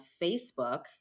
Facebook